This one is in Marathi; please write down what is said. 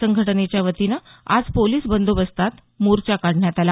संघटनेच्या वतीनं आज पोलिस बदोबस्तात मोर्चा काढण्यात आला